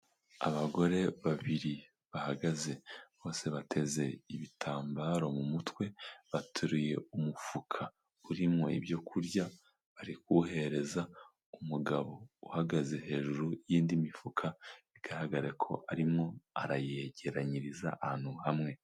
Abagore babiri bahagaze bose bateze ibitambaro mu mutwe, bateruriye umufuka urimo ibyo kurya, bari kuwuhereza umugabo uhagaze hejuru y'indi mifuka, bigaragara ko arimo arayegeranyiriza ahantu hamwe.